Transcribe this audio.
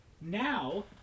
now